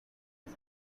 the